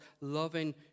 loving